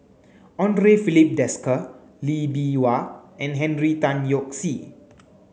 Andre Filipe Desker Lee Bee Wah and Henry Tan Yoke See